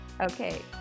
Okay